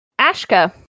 Ashka